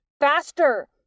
Faster